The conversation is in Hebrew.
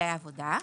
בגילאי עבודה,